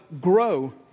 grow